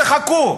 תחכו.